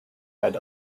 had